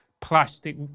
plastic